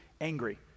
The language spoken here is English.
angry